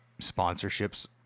sponsorships